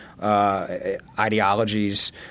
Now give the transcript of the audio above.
ideologies